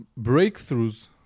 breakthroughs